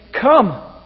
Come